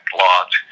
lot